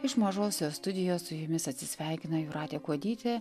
iš mažosios studijos su jumis atsisveikina jūratė kuodytė